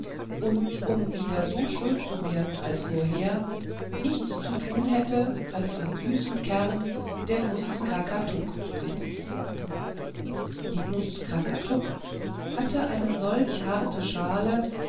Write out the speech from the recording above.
und um wieder so schön zu werden als vorher nichts zu tun hätte als den süßen kern der nuß krakatuk zu genießen die nuß krakatuk hatte eine solche harte schale